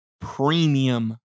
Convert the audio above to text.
premium